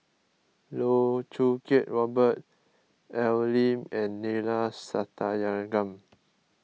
Loh Choo Kiat Robert Al Lim and Neila Sathyalingam